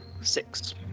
Six